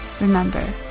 Remember